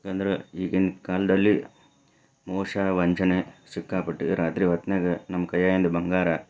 ಯಾಕಂದ್ರೆ ಈಗಿನ ಕಾಲದಲ್ಲಿ ಮೋಸ ವಂಚನೆ ಸಿಕ್ಕಾಪಟ್ಟೆ ರಾತ್ರಿ ಹೊತ್ತನ್ಯಾಗ ನಮ್ಮ ಕೈಯಾಗಿಂದು ಬಂಗಾರ